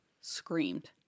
screamed